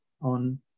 on